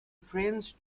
friends